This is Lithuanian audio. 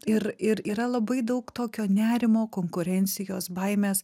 ir ir yra labai daug tokio nerimo konkurencijos baimės